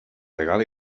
legal